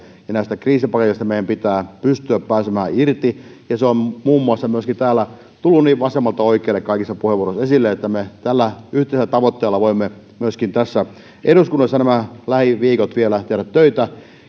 ja näistä kriisipaketeista meidän pitää pystyä pääsemään irti ja se on myöskin muun muassa täällä tullut vasemmalta oikealle kaikissa puheenvuoroissa esille että me tällä yhteisellä tavoitteella voimme myöskin tässä eduskunnassa nämä lähiviikot vielä tehdä töitä